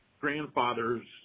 grandfather's